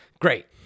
Great